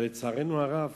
אבל לצערנו הרב,